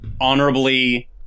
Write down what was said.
honorably